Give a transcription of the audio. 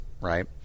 right